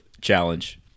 challenge